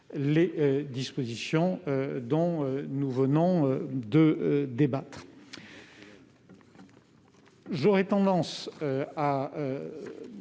les dispositions dont nous venons de débattre.